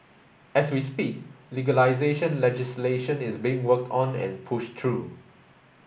as we speak legalisation legislation is being worked on and pushed through